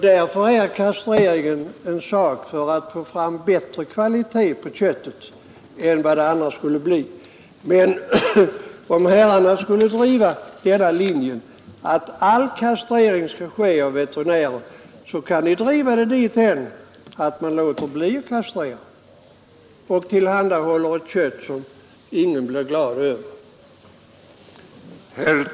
Därför är kastreringen en åtgärd som vidtas för att få bättre kvalitet på köttet än vad det annars skulle bli. Men om herrarna finge genom fört att all kastrering skall utföras av veterinärer, så kunde ni driva det dithän att man låter bli att kastrera djuren och i stället tillhandahåller ett kött som ingen blir glad åt.